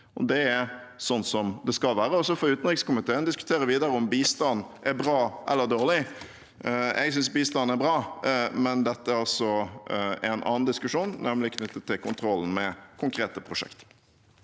Det er sånn det skal være. Så får utenrikskomiteen diskutere videre om bistand er bra eller dårlig. Jeg synes bistand er bra, men dette er altså en annen diskusjon, knyttet til kontrollen med konkrete prosjekter.